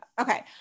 okay